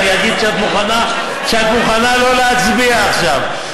ואני אגיד שאת מוכנה לא להצביע עכשיו,